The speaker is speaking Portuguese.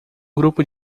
grupo